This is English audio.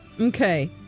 Okay